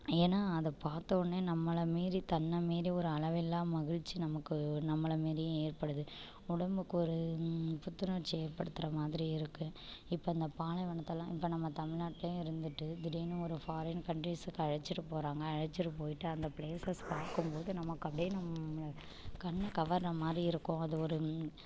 ஏன்னா அதை பார்த்த உடனே நம்மளை மீறி தன்ன மீறி ஒரு அளவில்லா மகிழ்ச்சி நமக்கு நம்மளை மீறியும் ஏற்படுது உடம்புக்கு ஒரு புத்துணர்ச்சி ஏற்படுத்துகிற மாதிரி இருக்கு இப்போ அந்த பாலைவனத்தலாம் இப்போ நம்ம தமிழ்நாட்லேயே இருந்துகிட்டு திடீர்னு ஒரு ஃபாரின் கன்ட்ரீஸ்க்கு அழைச்சிகிட்டு போகறாங்க அழைச்சிகிட்டு போயிவிட்டு அந்த பிளேசஸ் பார்க்கும்போது நமக்கு அப்படியே நம்மளை கண்ண கவர்ற மாதிரி இருக்கும் அது ஒரு